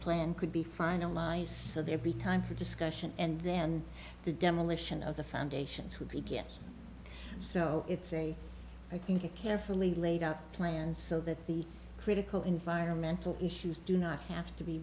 plan could be finalized so there be time for discussion and then the demolition of the foundations would begin so it's a i think a carefully laid out plan so that the critical environmental issues do not have to be